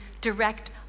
direct